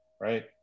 right